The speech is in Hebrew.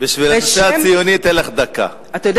בשביל